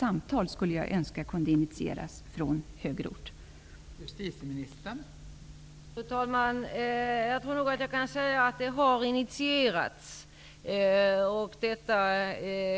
Jag önskar att det från högre ort kan initieras ett sådant konstruktivt samtal.